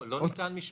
לא ניתן ממשלתית.